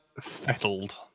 fettled